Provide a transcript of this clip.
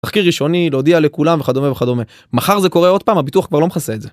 תחקיר ראשוני להודיע לכולם וכדומה וכדומה, מחר זה קורה עוד פעם הביטוח כבר לא מכסה את זה.